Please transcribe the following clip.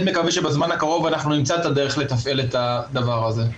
מקווה שבזמן הקרוב אנחנו נמצא את הדרך לתפעל את הדבר הזה.